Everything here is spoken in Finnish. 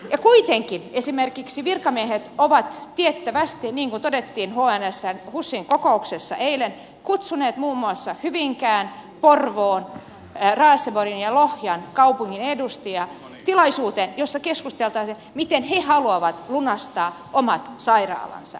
ja kuitenkin esimerkiksi virkamiehet ovat tiettävästi niin kuin todettiin husin kokouksessa eilen kutsuneet muun muassa hyvinkään porvoon raaseporin ja lohjan kaupungin edustajia tilaisuuteen jossa keskusteltaisiin miten he haluaavat lunastaa omat sairaalansa